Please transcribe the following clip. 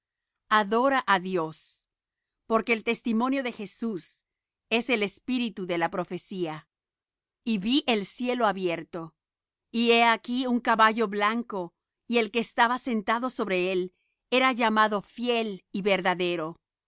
adora á dios porque el testimonio de jesús es el espíritu de la profecía y vi el cielo abierto y he aquí un caballo blanco y el que estaba sentado sobre él era llamado fiel y verdadero